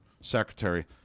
secretary